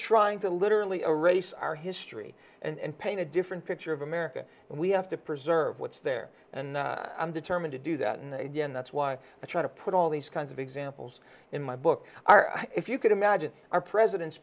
trying to literally a race our history and pain a different picture of america and we have to preserve what's there and i'm determined to do that and that's why i try to put all these kinds of examples in my book are if you could imagine our president